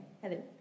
hello